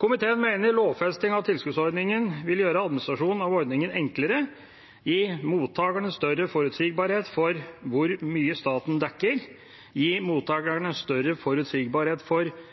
Komiteen mener lovfesting av tilskuddsordningen vil gjøre administrasjonen av ordningen enklere, gi mottakerne større forutsigbarhet for hvor mye staten dekker, gi trygghet for at kostnadene dekkes så lenge disse påløper, og redusere risikoen for